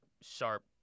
sharp